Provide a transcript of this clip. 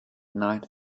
night